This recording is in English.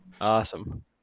Awesome